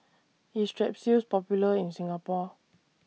IS Strepsils Popular in Singapore